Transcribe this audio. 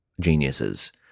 geniuses